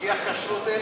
חברי חברי הכנסת,